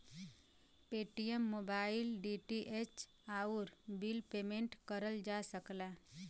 Paytm mobile, DTH, आउर bill payment करल जा सकला